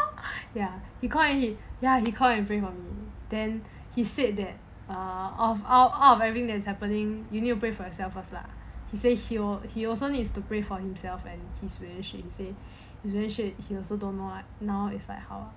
ya he call and play for me then he said that err of out of everything that is happening you need to break for yourself first lah he say he also need to break from himself and his relationship he also don't know now is like how